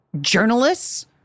journalists